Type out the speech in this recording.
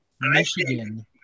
Michigan